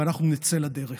ואנחנו נצא לדרך.